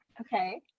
Okay